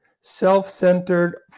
self-centered